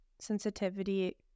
sensitivity